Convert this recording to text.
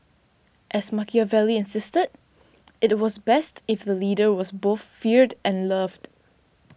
as Machiavelli insisted it it was best if the leader was both feared and loved